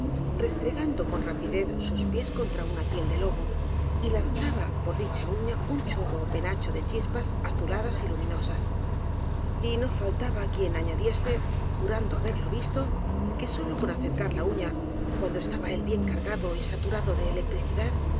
restregando con rapidez sus pies contra una piel de lobo y lanzaba por dicha uña un chorro ó penacho de chispas azuladas y luminosas y no fal taba quien añadiese jurando haberlo visto que sólo con acercar la uña cuando estaba él bien car gado y saturado de electricidad